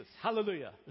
Hallelujah